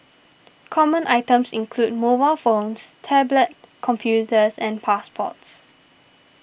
common items include mobile phones tablet computers and passports